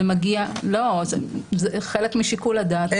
זה מגיע, חלק משיקול הדעת המיניסטריאלי.